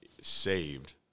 saved